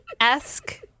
esque